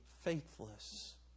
faithless